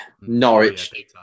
Norwich